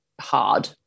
hard